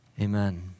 amen